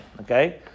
okay